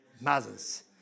mothers